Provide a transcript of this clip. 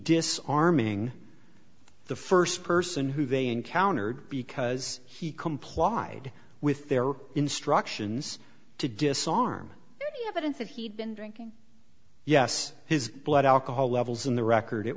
disarming the first person who they encountered because he complied with their instructions to disarm any evidence that he'd been drinking yes his blood alcohol levels in the record it